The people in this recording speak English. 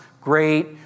great